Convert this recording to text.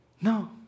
no